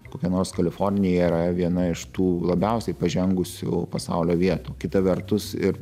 kokia nors kalifornija yra viena iš tų labiausiai pažengusių pasaulio vietų kita vertus ir